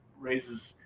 raises